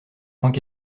point